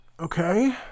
Okay